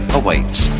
awaits